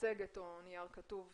מצגת או נייר כתוב.